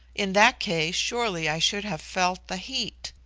in that case, surely i should have felt the heat.